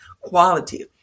Quality